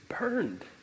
burned